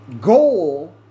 goal